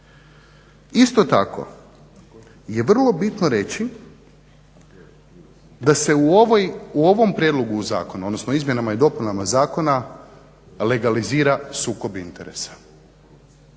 Isto tako je vrlo bitno reći da se u ovom prijedlogu zakona, odnosno izmjenama i dopunama zakona legalizira sukob interesa.